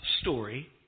story